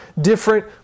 different